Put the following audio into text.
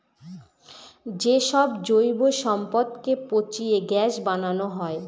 যে সব জৈব সম্পদকে পচিয়ে গ্যাস বানানো হয়